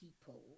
people